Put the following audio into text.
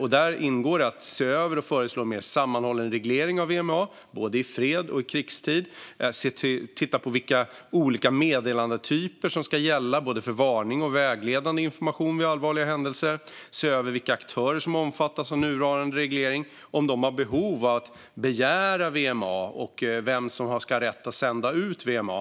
I detta ingår att se över och föreslå en mer sammanhållen reglering av VMA både i fredstid och i krigstid, att titta på vilka olika meddelandetyper som ska gälla för varning och vägledande information vid allvarliga händelser, att se över vilka aktörer som omfattas av nuvarande reglering och om dessa har behov av att begära VMA samt vem som ska ha rätt att sända ut VMA.